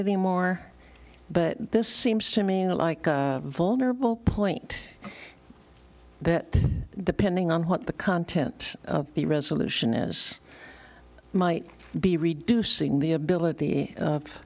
anymore but this seems to me a like a vulnerable point that depending on what the content of the resolution is might be reducing the ability of